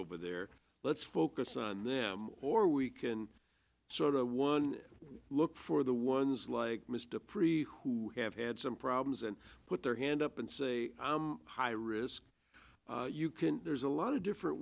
over there let's focus on them or we can sort of one look for the ones like ms dupree who have had some problems and put their hand up and say high risk you can there's a lot of different